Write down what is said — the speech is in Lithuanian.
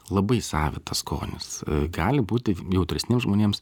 labai savitas skonis gali būti jautresniems žmonėms